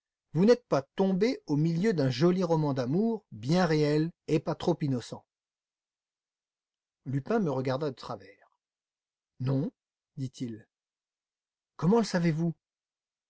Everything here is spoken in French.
vous n'êtes pas tombé au milieu d'un joli roman d'amour bien réel et pas trop innocent lupin me regarda de travers non dit-il comment le savez-vous